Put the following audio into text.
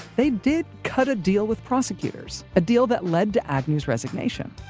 they did cut a deal with prosecutors, a deal that led to agnew's resignation.